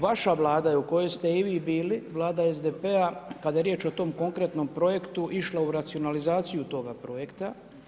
Vaša Vlada je u kojoj ste i vi bili, Vlada SDP-a, kada je riječ o tom konkretnom projektu, išla u racionalizaciju toga projekta.